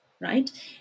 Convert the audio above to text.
right